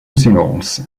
singles